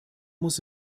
muss